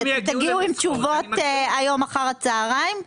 אתם תגיעו עם תשובות היום אחר הצהריים?